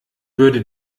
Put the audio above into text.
würde